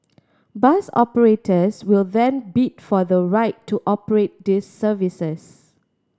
bus operators will then bid for the right to operate these services